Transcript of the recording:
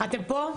אתם פה?